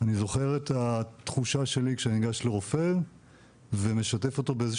אני זוכר את התחושה שלי כשאני ניגש לרופא ומשתף אותו באיזו